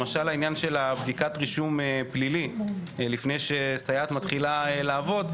למשל העניין של בדיקת רישום פלילי לפני שסייעת מתחילה לעבוד,